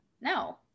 No